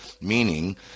meaning